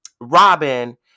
robin